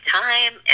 time